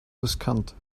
riskant